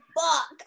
fuck